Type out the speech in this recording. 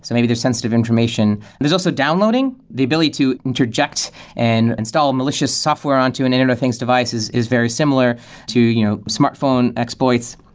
so maybe there's sensitive information. there's also downloading, the ability to interject and install a malicious software on to an internet of things device is is very similar to you know smartphone exploits.